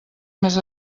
més